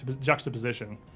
juxtaposition